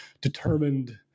determined